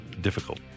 difficult